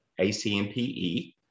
ACMPE